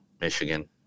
Michigan